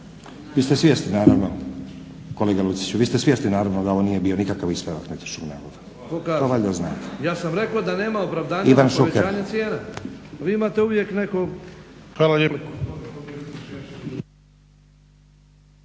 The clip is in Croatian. Vi ste svjesni naravno kolega Luciću, vi ste svjesni naravno da ovo nije bio nikakav ispravak netočnog navoda to valjda znate. **Lucić,